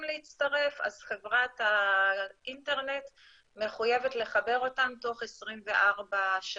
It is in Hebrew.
להצטרף אז חברת האינטרנט מחויבת לחבר אותם תוך 24 שעות.